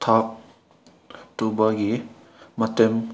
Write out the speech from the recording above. ꯊꯕꯛ ꯇꯧꯕꯒꯤ ꯃꯇꯦꯡ